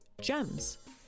GEMS